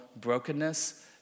brokenness